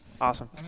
Awesome